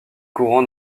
courant